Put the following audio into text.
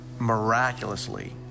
miraculously